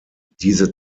diese